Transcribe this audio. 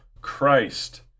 Christ